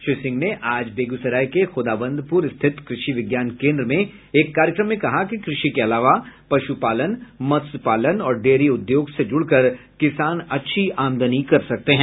श्री सिंह ने आज बेगूसराय के खोदावंदपुर स्थित कृषि विज्ञान केन्द्र में एक कार्यक्रम में कहा कि कृषि के अलावा पशुपालन मत्स्य पालन और डेयरी उद्योग से जुड़कर किसान अच्छी आमदनी कर सकते हैं